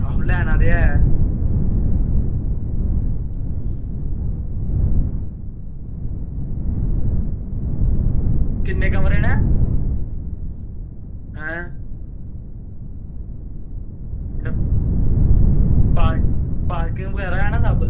आहो लैैनां ते है किन्नें कमरे नै हां ते पार्किग बगैरा है ना सब